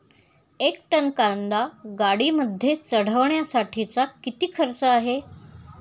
एक टन कांदा गाडीमध्ये चढवण्यासाठीचा किती खर्च आहे?